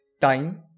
Time